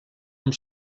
amb